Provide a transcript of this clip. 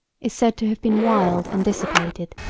is said to have been wild and dissipated,